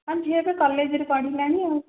ହଁ ଝିଅ ଏବେ କଲେଜରେ ପଢ଼ିଲାଣି ଆଉ